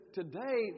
today